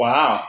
Wow